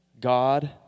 God